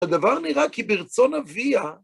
הדבר נראה כי ברצון אביה,